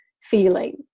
feeling